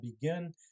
begin